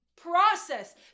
process